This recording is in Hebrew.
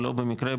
ולא במקרה,